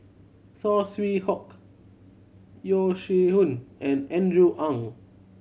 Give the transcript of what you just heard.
Saw Swee Hock Yeo Shih Yun and Andrew Ang